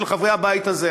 של חברי הבית הזה,